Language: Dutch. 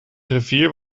rivier